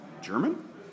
German